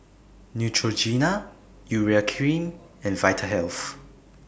Neutrogena Urea Cream and Vitahealth